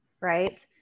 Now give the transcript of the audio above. right